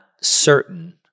certain